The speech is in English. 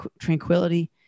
tranquility